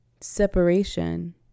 separation